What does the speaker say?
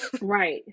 Right